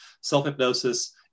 self-hypnosis